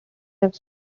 have